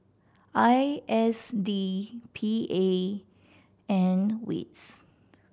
I S D P A and wits